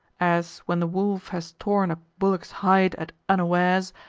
as, when the wolf has torn a bullock's hide at unawares,